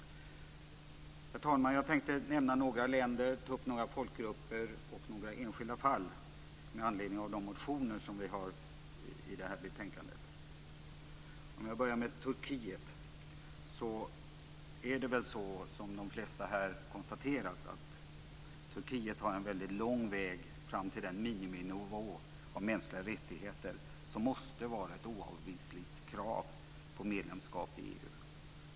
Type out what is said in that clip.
Herr talman! Jag tänkte nämna några länder, ta upp några folkgrupper och några enskilda fall med anledning av de motioner som vi har i det här betänkandet. Jag börjar med Turkiet. Som de flesta här har konstaterat har Turkiet en väldigt lång väg fram till den miniminivå av mänskliga rättigheter som måste vara ett oavvisligt krav för medlemskap i EU.